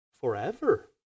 Forever